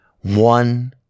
one